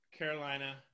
Carolina